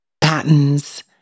patterns